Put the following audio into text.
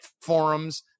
forums